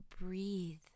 breathe